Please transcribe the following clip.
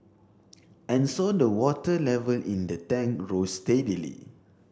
and so the water level in the tank rose steadily